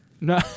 No